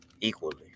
equally